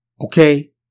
Okay